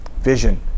Vision